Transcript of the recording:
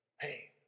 hey